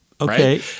Okay